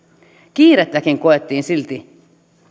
kiirettä ja stressiä koettiin silti